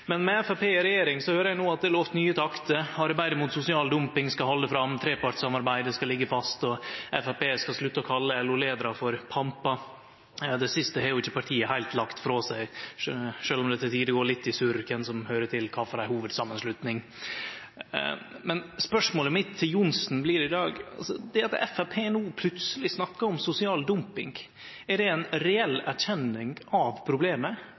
høyrer at med Framstegspartiet i regjering er det no lova nye taktar. Arbeidet mot sosial dumping skal halde fram, trepartssamarbeidet skal liggje fast, og Framstegspartiet skal slutte å kalle LO-leiarar «pampar». Det siste har ikkje partiet heilt lagt frå seg, sjølv om det til tider går litt i surr med kven som høyrer til kva for ei hovudsamanslutning. Spørsmålet mitt til Johnsen i dag blir: Det at Framstegspartiet no plutseleg snakkar om sosial dumping, er det ei reell erkjenning av problemet,